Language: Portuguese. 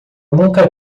nunca